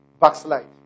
backslide